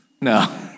No